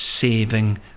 saving